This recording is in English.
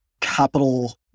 capital